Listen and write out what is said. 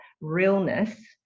realness